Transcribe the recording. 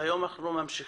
והיום אנחנו ממשיכים.